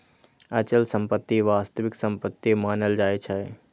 अचल संपत्ति वास्तविक संपत्ति मानल जाइ छै